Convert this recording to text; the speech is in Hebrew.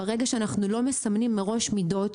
ברגע שאנחנו לא מסמנים מראש מידות,